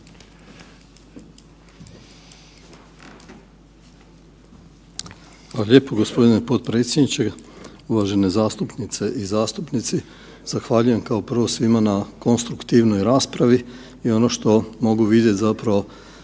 lijepo g. potpredsjedniče, uvažene zastupnice i zastupnici. Zahvaljujem kao prvo, svima na konstruktivnoj raspravi i ono što mogu vidjeti zapravo,